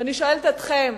ואני שואלת אתכם,